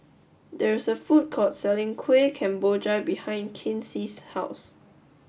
there is a food court selling Kueh Kemboja behind Kinsey's house